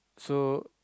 so